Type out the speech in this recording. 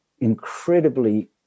incredibly